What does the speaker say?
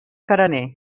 carener